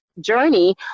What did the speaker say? journey